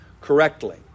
correctly